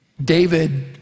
David